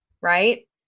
right